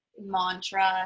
mantra